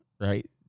right